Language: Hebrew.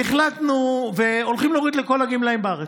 והחלטנו, והולכים להוריד לכל הגמלאים בארץ,